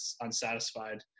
unsatisfied